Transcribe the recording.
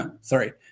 sorry